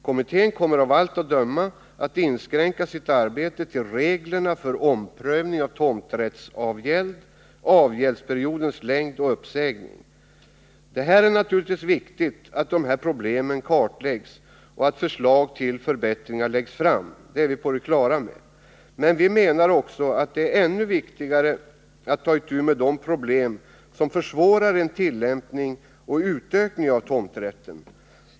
Kommittén kommer av allt att döma att inskränka sitt arbete till reglerna för omprövning av tomträttsavgäld samt avgäldsperiodens längd och uppsägning. Det är naturligtvis viktigt att dessa problem kartläggs och att förslag till förbättringar läggs fram — det är vi på det klara med — men vi menar att det är ännu viktigare att ta itu med de problem som försvårar en tillämpning och utökning av tomträtten.